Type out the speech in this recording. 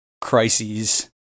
crises